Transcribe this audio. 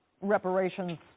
reparations